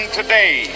today